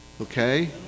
okay